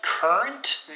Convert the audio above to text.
Current